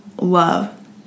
love